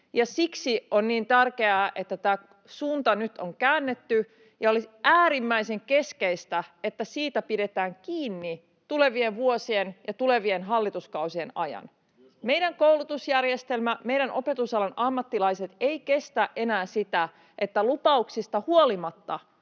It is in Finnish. siksi on niin tärkeää, että tämä suunta nyt on käännetty, ja olisi äärimmäisen keskeistä, että siitä pidetään kiinni tulevien vuosien ja tulevien hallituskausien ajan. [Kimmo Kiljunen: Myös kokoomus!] Meidän koulutusjärjestelmä ja meidän opetusalan ammattilaiset eivät kestä enää sitä, että lupauksista huolimatta